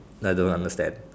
like don't understand